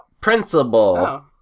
Principal